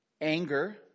Anger